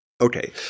Okay